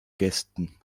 gästen